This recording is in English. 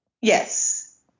Yes